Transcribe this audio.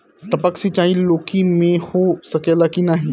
टपक सिंचाई लौकी में हो सकेला की नाही?